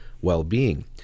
well-being